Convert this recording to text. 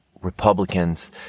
Republicans